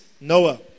Noah